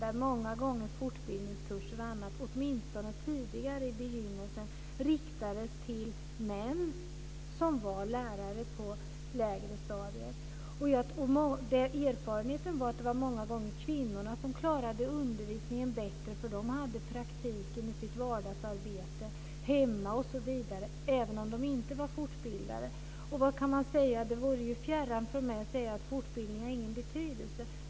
Fortbildningskurser och annat riktades, åtminstone i begynnelsen, mot män som var lärare på lägre stadier. Erfarenheten var att kvinnorna många gånger klarade undervisningen bättre även om de inte var fortbildade, eftersom de hade praktiken i sitt vardagsarbete hemma osv. Vad kan man säga? Det vore ju fjärran för mig att säga att fortbildning inte har någon betydelse.